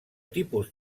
tipus